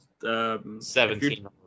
Seventeen